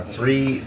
Three